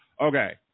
Okay